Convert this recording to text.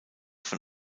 von